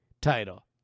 title